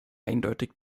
eindeutig